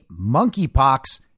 monkeypox